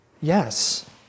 Yes